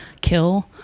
kill